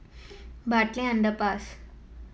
Bartley Underpass